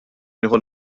nieħu